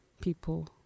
people